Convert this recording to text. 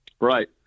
right